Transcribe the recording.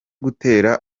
gutera